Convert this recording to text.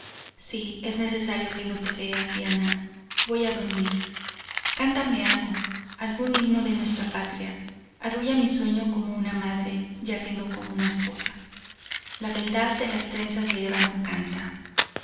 si es necesario que no te vea siannah voy a dormir cántame algún himno de nuestra patria arrulla mi sueño como una madre ya que no como una esposa la beldad de las trenzas de ébano canta